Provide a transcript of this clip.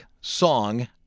song